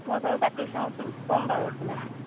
মই বাৰু পাতি চাওঁচোন ক'ম বাৰু আপোনাক